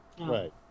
Right